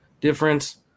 difference